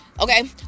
Okay